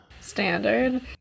standard